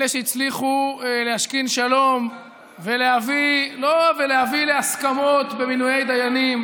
אלה שהצליחו להשכין שלום ולהביא להסכמות במינויי דיינים,